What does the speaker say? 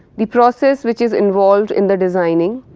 the process which is involved in the designing,